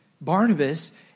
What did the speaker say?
Barnabas